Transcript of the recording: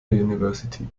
university